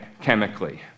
chemically